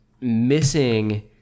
missing